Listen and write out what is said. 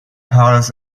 powers